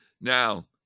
Now